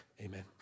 amen